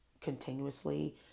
continuously